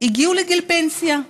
הגיעו לגיל פנסיה.